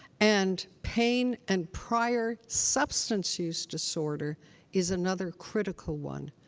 and, pain and prior substance use disorder is another critical one.